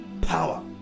power